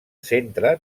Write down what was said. centre